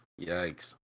Yikes